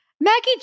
Maggie